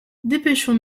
dépêchons